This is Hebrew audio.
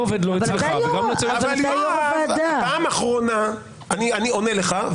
אני לא עובד לא אצלך וגם לא אצל --- אני עונה לך,